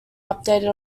updated